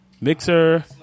Mixer